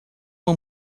uma